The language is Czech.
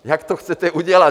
Jak to chcete udělat?